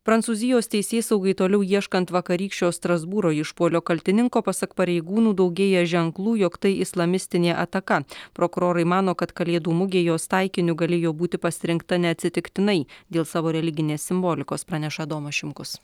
prancūzijos teisėsaugai toliau ieškant vakarykščio strasbūro išpuolio kaltininko pasak pareigūnų daugėja ženklų jog tai islamistinė ataka prokurorai mano kad kalėdų mugė jos taikiniu galėjo būti pasirinkta neatsitiktinai dėl savo religinės simbolikos praneša adomas šimkus